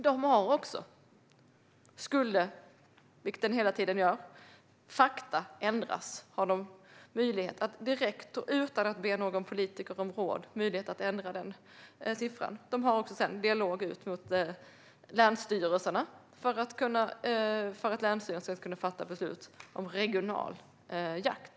Om fakta skulle ändras - vilket hela tiden sker - har Naturvårdsverket dessutom möjlighet att direkt, utan att be någon politiker om råd, ändra denna siffra. Man har även en dialog med länsstyrelserna för att dessa ska kunna fatta beslut om regional jakt.